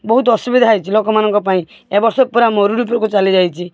ବହୁତ ଅସୁବିଧା ହେଇଛି ଲୋକମାନଙ୍କ ପାଇଁ ଏବର୍ଷ ପୁରା ମରୁଡ଼ି ଉପରକୁ ଚାଲି ଯାଇଛି